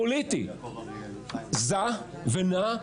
הפוליטי זז ונע,